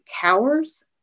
towers